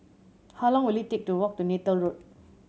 how long will it take to walk to Neythal Road